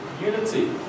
unity